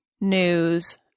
news